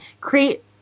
create